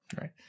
Right